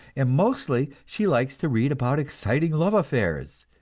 and mostly she likes to read about exciting love affairs,